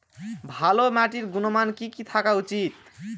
ভালো মাটির গুণমান কি কি থাকা উচিৎ?